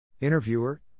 Interviewer